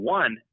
one